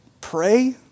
Pray